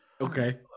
okay